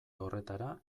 horretara